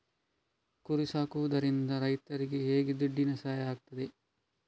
ಕುರಿ ಸಾಕುವುದರಿಂದ ರೈತರಿಗೆ ಹೇಗೆ ದುಡ್ಡಿನ ಸಹಾಯ ಆಗ್ತದೆ?